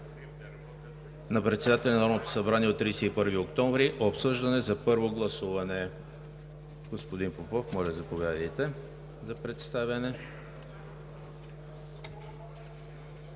на председателя на Народното събрание от 31 октомври, обсъждан е за първо гласуване. Господин Попов, моля заповядайте за представяне.